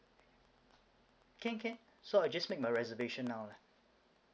can can so I just make my reservation now lah